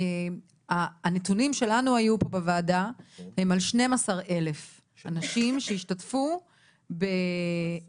הנתונים שלנו היו פה בוועדה הם על 12,000 אנשים שהשתתפו ב-2021